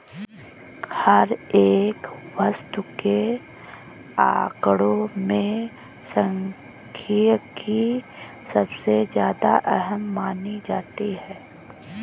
हर एक वस्तु के आंकडों में सांख्यिकी सबसे ज्यादा अहम मानी जाती है